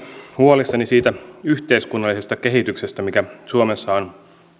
huolissani siitä yhteiskunnallisesta kehityksestä mikä suomessa on